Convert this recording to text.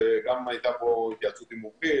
כשגם הייתה פה התייעצות עם מומחים,